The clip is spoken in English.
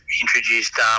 introduced